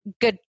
good